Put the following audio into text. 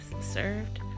served